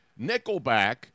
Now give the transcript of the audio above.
Nickelback